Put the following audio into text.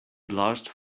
blushed